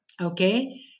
okay